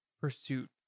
pursuit